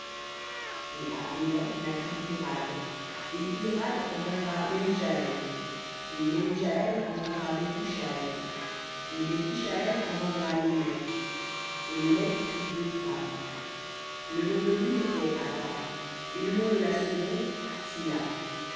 et à hénoc naquit irad et irad engendra mehujaël et mehujaël engendra methushaël et methushaël engendra lémec et lémec prit deux femmes le nom de l'une était ada et le nom de la seconde tsilla